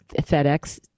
FedEx